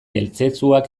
eltzetzuak